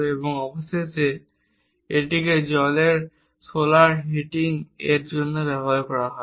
এবং অবশেষে এটিকে জলের সোলার হিটিং এর জন্য ব্যবহার করা হবে